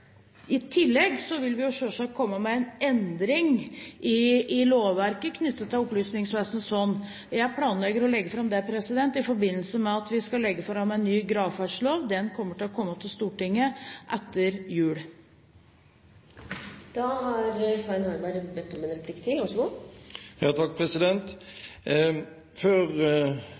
I tillegg vil vi selvsagt komme med en endring i lovverket knyttet til Opplysningsvesenets fond. Jeg planlegger å legge dette fram i forbindelse med at vi legger fram en ny gravferdslov. Den vil komme til Stortinget etter jul. Før Stortinget tok ferie sist sommer, hadde vi også denne saken oppe. Da lovte statsråden at de skulle gå løs på beregningene og utregningene som gjaldt oppgjøret til